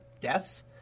deaths